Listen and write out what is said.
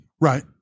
Right